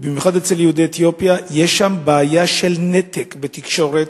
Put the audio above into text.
במיוחד אצל יהודי אתיופיה יש בעיה של נתק בתקשורת,